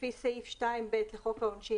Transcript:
לפי סעיף 2(ב) לחוק העונשין,